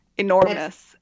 enormous